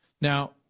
Now